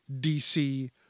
DC